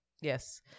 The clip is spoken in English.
Yes